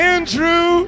Andrew